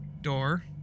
door